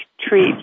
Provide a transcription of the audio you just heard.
treat